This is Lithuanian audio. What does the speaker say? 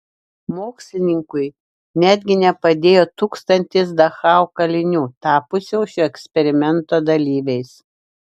mokslininkui netgi nepadėjo tūkstantis dachau kalinių tapusių šio eksperimento dalyviais